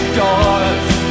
doors